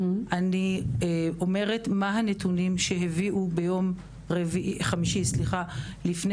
אני אומרת מה הנתונים שהביאו ביום חמישי לפני